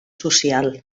social